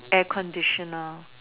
air conditioner